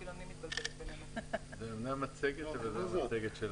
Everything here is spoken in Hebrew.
ניתן את תמונת המצב בימים אלו ואחר כך נסביר את הפעולות שעשה המשרד